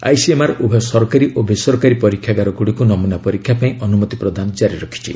ICMR ଉଭୟ ସରକାରୀ ଓ ବେସରକାରୀ ପରୀକ୍ଷାଗାରଗୁଡ଼ିକୁ ନମୁନା ପରୀକ୍ଷା ପାଇଁ ଅନୁମତି ପ୍ରଦାନ ଜାରି ରଖିଛି